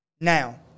Now